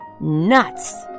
Nuts